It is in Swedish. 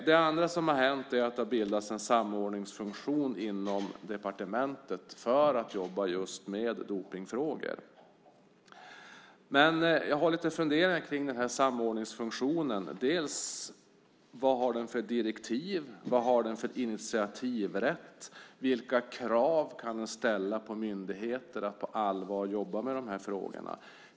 Det andra som har hänt är att det har bildats en samordningsfunktion inom departementet för att jobba just med dopningsfrågor. Men jag har några funderingar när det gäller samordningsfunktionen. Vad har den för direktiv? Vad har den för initiativrätt? Vilka krav kan den ställa på myndigheter att på allvar jobba med frågorna?